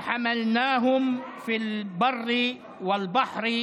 ונשאנו אותם על פני היבשה והים,